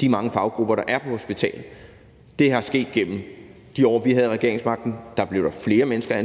de mange faggrupper, der er på hospitalet. Det er sket igennem de år, vi havde regeringsmagten. Da blev der ansat flere mennesker